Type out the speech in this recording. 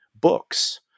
books